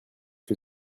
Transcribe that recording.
que